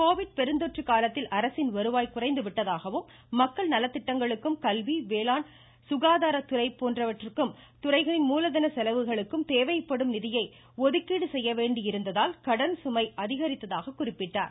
Covid பெருந்தொற்று காலத்தில் அரசின் வருவாய் குறைந்து விட்டதாகவும் மக்கள் நலத்திட்டங்களுக்கும் கல்வி மேலாண்மை சுகாதார துறை உள்ளிட்ட துறைகளின் மூலதன செலவினங்களுக்கும் தேவைப்படும் நிதியை ஒதுக்கீடு செய்ய வேண்டியிருந்ததால் கடன் சுமை அதிகரித்ததாக குறிப்பிட்டார்